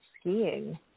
skiing